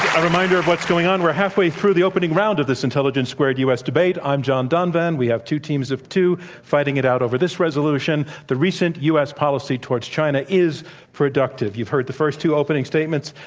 a reminder of what's going on. we're halfway though the opening round of this intelligence squared u. s. debate. i'm john donvan. we have two teams of two fighting it out over this resolution the recent u. s. policy towards china is productive. you've heard the first two opening statements,